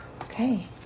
Okay